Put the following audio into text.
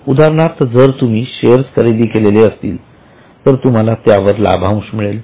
उदाहरणार्थ जर तुम्ही शेअर्स खरेदी केले असतील तर तुम्हाला त्यावर लाभांश मिळेल